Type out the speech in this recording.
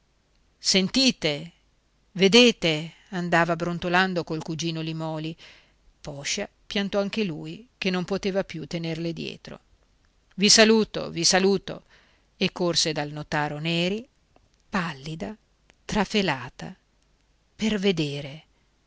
sentite vedete andava brontolando col cugino limòli poscia piantò anche lui che non poteva più tenerle dietro i saluto vi saluto e corse dal notaro neri pallida e trafelata per vedere